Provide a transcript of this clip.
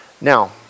Now